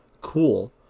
cool